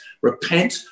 repent